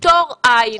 פטור אין.